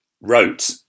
wrote